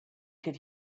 could